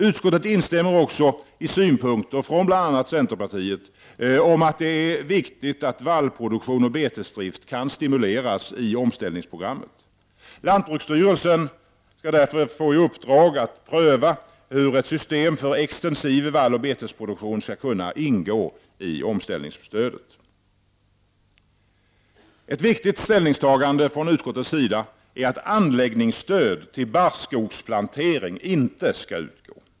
Utskottet instämmer också i synpunkter från bl.a. centerpartiet om att det är viktigt att vallproduktion och betesdrift kan stimuleras i omställningsprogrammet. Lantbruksstyrelsen skall därför få i uppdrag att pröva hur ett system för extensiv valloch betesproduktion skall kunna ingå i omställningsstödet. Ett viktigt ställningstagande från utskottet är att anläggningsstöd till barrskogsplantering inte skall utgå.